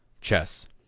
Chess